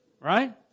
Right